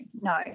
no